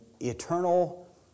eternal